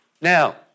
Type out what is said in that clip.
Now